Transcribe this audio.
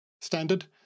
standard